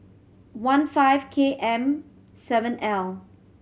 one five K M seven L